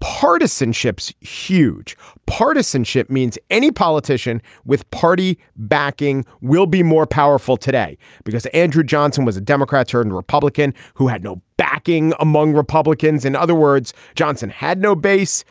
partisan ships huge partisanship means any politician with party backing will be more powerful today because andrew johnson was a democrat turned republican who had no backing among republicans in other words. johnson had no base.